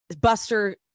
buster